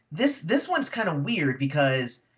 this this one's kind of weird because.